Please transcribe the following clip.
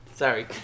Sorry